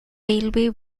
railway